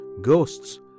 ghosts